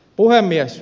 puhemies